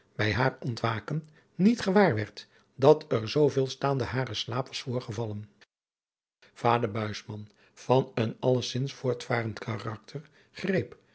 bij haar ontwaken niet gewaar werd dat er zooveel staande haren slaap was voorgevallen vader buisman van een allezins voortvarend karakter greep